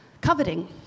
Coveting